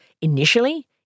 Initially